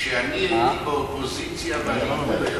כשאני הייתי באופוזיציה והליכוד היה באופוזיציה,